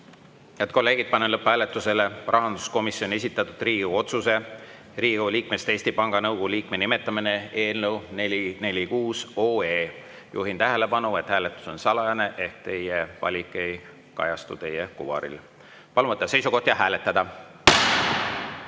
kolleegid, panen lõpphääletusele rahanduskomisjoni esitatud Riigikogu otsuse "Riigikogu liikmest Eesti Panga Nõukogu liikme nimetamine" eelnõu 446. Juhin tähelepanu, et hääletus on salajane ehk teie valik ei kajastu teie kuvaril. Palun võtta seisukoht ja hääletada!